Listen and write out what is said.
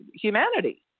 humanity